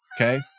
Okay